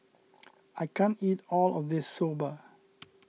I can't eat all of this Soba